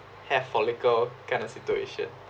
hair follicle kind of situation